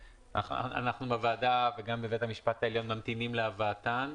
ואנחנו בוועדה וגם בבית המשפט העליון ממתינים להבאת התקנות,